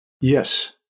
Yes